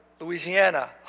Louisiana